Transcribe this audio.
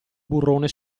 burrone